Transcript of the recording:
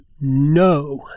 no